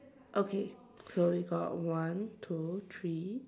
okay so we got one two three